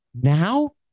now